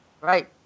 right